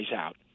out